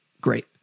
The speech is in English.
great